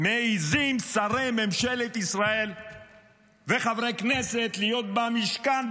מעזים שרי ממשלת ישראל וחברי כנסת להיות במשכן,